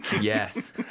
Yes